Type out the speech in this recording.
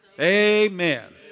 Amen